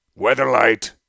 Weatherlight